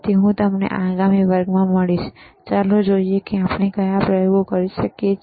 તેથી હું તમને આગામી વર્ગમાં જોઈશ અને ચાલો જોઈએ કે આપણે કયા પ્રયોગો કરી શકીએ